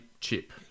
chip